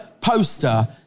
poster